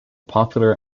popular